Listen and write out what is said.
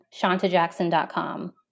shantajackson.com